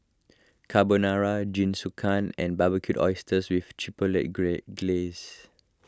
Carbonara Jingisukan and Barbecued Oysters with Chipotle gray Glaze